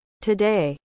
Today